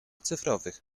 cyfrowych